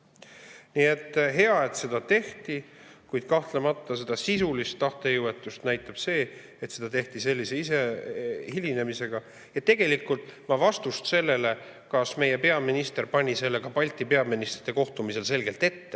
võtta. Hea, et seda tehti, kuid kahtlemata näitab sisulist tahtejõuetust see, et seda tehti sellise hilinemisega. Tegelikult ma vastust sellele, kas meie peaminister pani selle ka Balti peaministrite kohtumisel selgelt ette